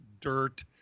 dirt